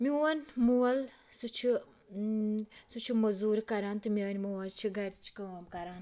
میون مول سُہ چھُ سُہ چھُ موٚزوٗرۍ کَران تہٕ میٲنٛۍ موج چھِ گرِچ کٲم کَران